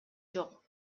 жок